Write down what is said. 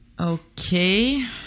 Okay